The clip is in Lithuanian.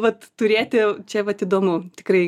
vat turėti čia vat įdomu tikrai